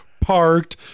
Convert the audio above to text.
parked